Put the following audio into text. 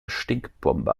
stinkbombe